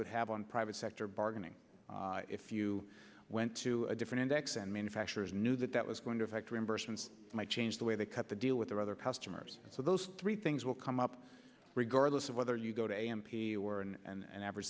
would have on private sector bargaining if you went to a different index and manufacturers knew that that was going to affect reimbursements might change the way they cut the deal with their other customers so those three things will come up regardless of whether you go to m p or and average